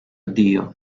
dio